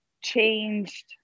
changed